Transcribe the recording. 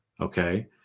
okay